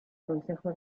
consejo